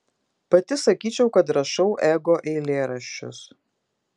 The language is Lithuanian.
pati sakyčiau kad rašau ego eilėraščius